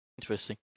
Interesting